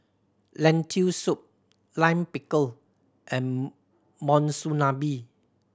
Lentil Soup Lime Pickle and Monsunabe